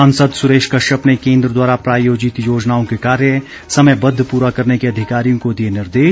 सांसद सुरेश कश्यप ने केंद्र द्वारा प्रायोजित योजनाओं के कार्य समयबद्व पूरा करने के अधिकारियों को दिए निर्देश